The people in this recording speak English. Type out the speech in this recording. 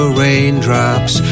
raindrops